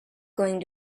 going